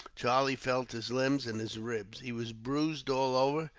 charlie felt his limbs and his ribs. he was bruised all over,